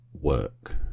work